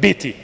biti.